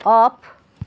off